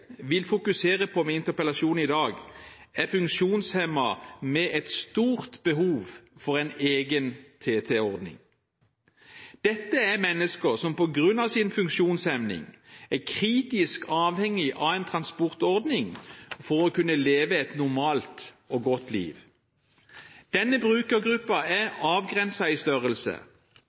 vil fokusere på med interpellasjonen i dag, er funksjonshemmede med et stort behov for en egen TT-ordning. Dette er mennesker som på grunn av sin funksjonshemning er kritisk avhengig av en transportordning for å kunne leve et normalt og godt liv. Denne brukergruppen er avgrenset i størrelse.